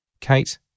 Kate